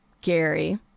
Gary